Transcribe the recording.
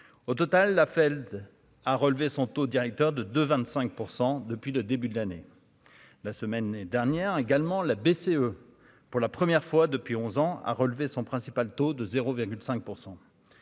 au total, la Fed a relevé son taux directeur de de 25 % depuis le début de l'année, la semaine dernière également, la BCE pour la première fois depuis 11 ans, a relevé son principal taux de 0,5